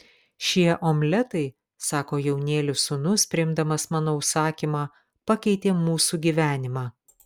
šie omletai sako jaunėlis sūnus priimdamas mano užsakymą pakeitė mūsų gyvenimą